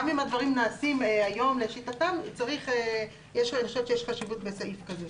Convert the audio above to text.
גם אם הדברים נעשים היום לשיטתם אני סבורה שיש חשיבות לסעיף כזה.